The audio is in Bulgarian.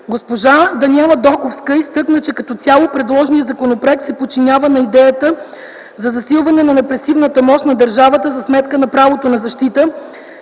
Госпожа Даниела Доковска изтъкна, че като цяло предложеният законопроект се подчинява на идеята за засилване на репресивната мощ на държавата за сметка на правото на защита,